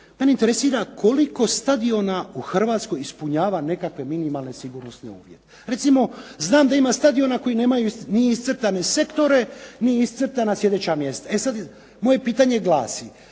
mene interesira koliko stadiona u Hrvatskoj ispunjava nekakve minimalne sigurnosne uvjete? Recimo, znam da ima stadiona koji nemaju ni iscrtane sektore, ni iscrtana sjedeća mjesta. E sad moje pitanje glasi